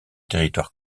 territoire